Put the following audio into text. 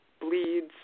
bleeds